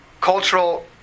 cultural